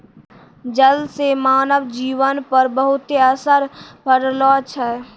जल से मानव जीवन पर बहुते असर पड़लो छै